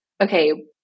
okay